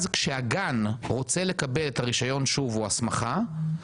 כשהגן הזה רוצה לקבל את הרישיון ואת ההסמכה הזאת שוב,